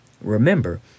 Remember